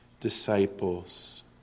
disciples